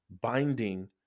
binding